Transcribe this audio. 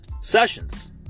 sessions